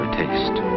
taste